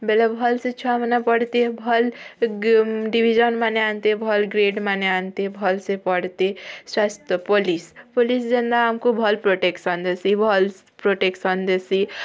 ବେଲ ଭଲ୍ସେ ଛୁଆମାନେ ପଢ଼ତେ ଭଲ୍ ଡ଼ିଭିଜନ୍ମାନେ ଆନ୍ତେ ଭଲ୍ ଗ୍ରେଡ଼୍ମାନେ ଆନ୍ତେ ଭଲ୍ସେ ପଢ଼ତେ ସ୍ୱାସ୍ଥ୍ୟ ପୋଲିସ୍ ପୋଲିସ୍ ଯେନ୍ତା ଆମକୁ ଭଲ୍ ପ୍ରୋଟେକ୍ସନ୍ ଦେସି ଭଲ୍ ପ୍ରୋଟେକ୍ସନ୍ ଦେସି